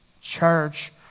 church